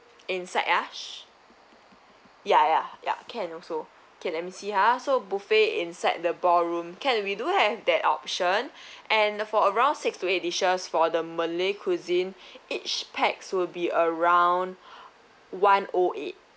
inside ya sh~ ya ya ya can also okay let me see ha so buffet inside the ballroom can we do have that option and for around six to eight dishes for the malay cuisine each pax will be around one O eight